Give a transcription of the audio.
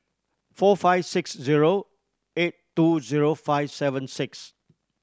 four five six zero eight two zero five seven six